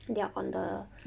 they are on the